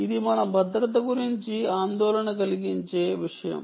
ఇది మన భద్రత గురించి ఆందోళన కలిగించే మరొక విషయం